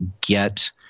get